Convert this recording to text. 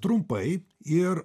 trumpai ir